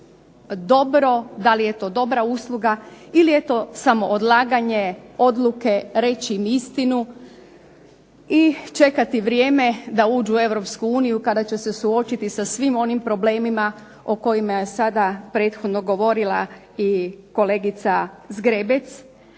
da li je to dobra usluga ili je to samo odlaganje odluke reći im istinu i čekati vrijeme kada će ući u Europsku uniju i suočiti se sa svim onim problemima o kojima je prethodno govorila i kolegica Zgrebec,